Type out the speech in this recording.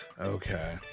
okay